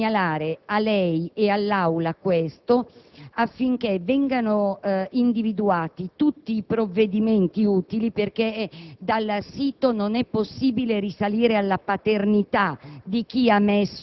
Vorrei segnalare a lei e all'Assemblea questo fatto affinché vengano adottati tutti i provvedimenti utili (perché dal sito non è possibile risalire alla paternità